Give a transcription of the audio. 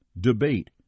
debate